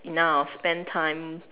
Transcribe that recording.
enough spend time